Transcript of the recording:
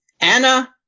Anna